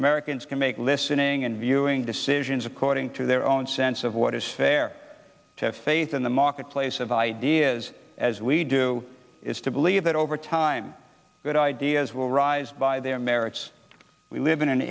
americans can make listening and viewing decisions according to their own sense of what is fair to have faith in the marketplace of ideas as we do is to believe that over time good ideas will rise by their merits we live in an